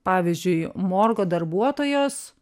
pavyzdžiui morgo darbuotojos